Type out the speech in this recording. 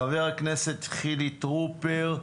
חבר הכנסת חיליק טרופר.